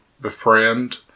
befriend